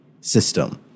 system